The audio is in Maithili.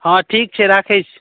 हाँ ठीक छै राखै छी